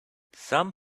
some